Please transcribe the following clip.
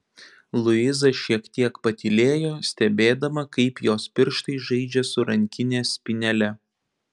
luiza šiek tiek patylėjo stebėdama kaip jos pirštai žaidžia su rankinės spynele